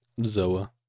Zoa